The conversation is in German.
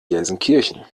gelsenkirchen